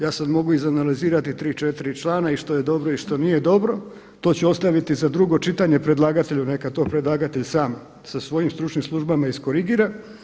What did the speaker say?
Ja sada mogu izanalizirati tri, četiri člana i što je dobro i što nije dobro, to ću ostaviti za drugo čitanje predlagatelju neka to predlagatelj sam sa svojim stručnim službama iskorigira.